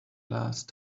last